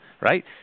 right